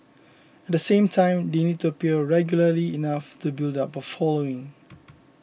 at the same time they need to appear regularly enough to build up a following